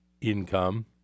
income